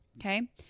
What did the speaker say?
Okay